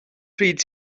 pryd